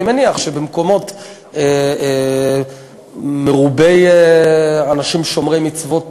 אני מניח שבמקומות מרובי אנשים שומרי מצוות